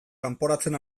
kanporatzen